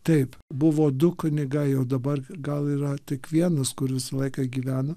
taip buvo du kunigai jau dabar gal yra tik vienas kuris laiką gyvena